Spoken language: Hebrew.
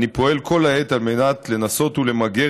אני פועל כל העת על מנת לנסות ולמגר